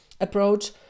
approach